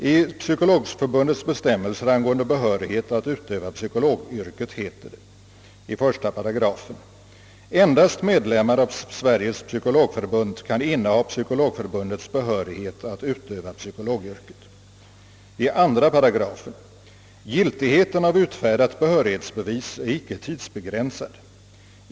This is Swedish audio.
I Psykologförbundets bestämmelser angående behörighet att utöva psykologyrket heter det i 1 §: »Endast medlemmar av Sveriges Psykologförbund kan inneha Psykologförbundets behörighet att utöva psykologyrket.» I 2 § står det följande: »Giltigheten av utfärdat behörighetsbevis är icke tidsbegränsad.